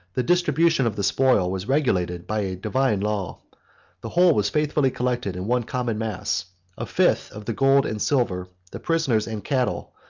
the distribution of the spoil was regulated by a divine law the whole was faithfully collected in one common mass a fifth of the gold and silver, the prisoners and cattle,